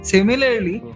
Similarly